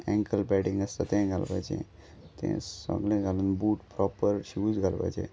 ankle padding आसता तें घालपाचें तें सगळें घालून बूट प्रोपर शूज घालपाचे